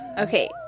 okay